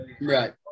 Right